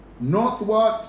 northward